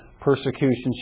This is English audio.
persecution